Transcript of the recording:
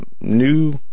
new